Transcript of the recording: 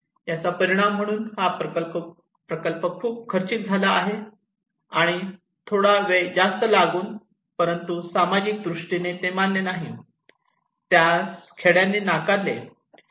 याचा परिणाम म्हणून हा प्रकल्प खूप खर्चिक झाला आणि थोडा वेळ जास्त लागला परंतु तरीही सामाजिक दृष्टीने ते मान्य झाले नाही त्यास खेड्यांनी नाकारले